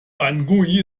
bangui